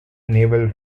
naval